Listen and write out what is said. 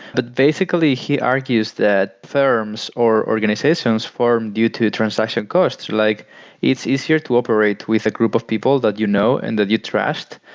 but basically, he argues that firms or organizations form due to to transaction cost, like it's easier to operate with a group of people that you know and that you trust,